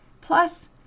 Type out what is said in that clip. Plus